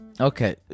Okay